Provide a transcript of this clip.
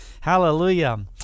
Hallelujah